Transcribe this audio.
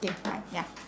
K bye ya